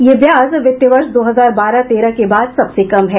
यह ब्याज वित्त वर्ष दो हजार बारह तेरह के बाद सबसे कम है